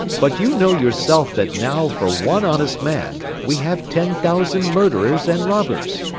but you know yourself that now for one honest man we have ten thousand murderers and robbers.